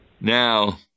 Now